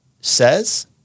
says